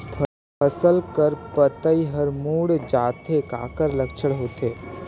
फसल कर पतइ हर मुड़ जाथे काकर लक्षण होथे?